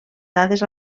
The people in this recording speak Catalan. dades